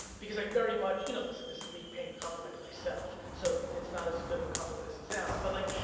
because like very much. you know listen this is me paying compliment to myself, so it's not as good of a compliment as it sounds, but like,